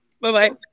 Bye-bye